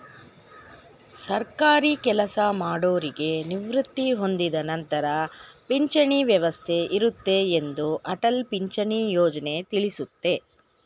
ಸರ್ಕಾರಿ ಕೆಲಸಮಾಡೌರಿಗೆ ನಿವೃತ್ತಿ ಹೊಂದಿದ ನಂತರ ಪಿಂಚಣಿ ವ್ಯವಸ್ಥೆ ಇರುತ್ತೆ ಎಂದು ಅಟಲ್ ಪಿಂಚಣಿ ಯೋಜ್ನ ತಿಳಿಸುತ್ತೆ